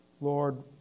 Lord